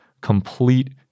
complete